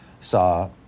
saw